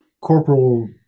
corporal